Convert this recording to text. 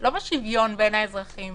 ולא בשוויון בין האזרחים.